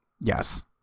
Yes